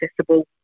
accessible